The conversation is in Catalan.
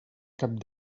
cap